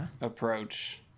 approach